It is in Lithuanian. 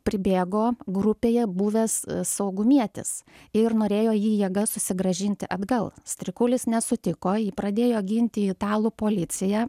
pribėgo grupėje buvęs saugumietis ir norėjo jį jėga susigrąžinti atgal strikulis nesutiko jį pradėjo ginti italų policija